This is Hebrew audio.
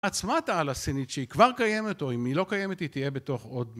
מעצמת העל סינית שהיא כבר קיימת או אם היא לא קיימת היא תהיה בתוך עוד